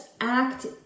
act